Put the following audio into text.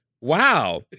wow